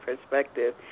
perspective